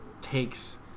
takes